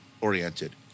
oriented